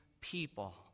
people